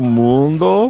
mundo